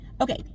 Okay